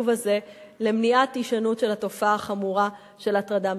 הזה למניעת הישנות של התופעה החמורה של הטרדה מינית.